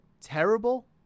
terrible